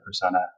persona